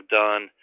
done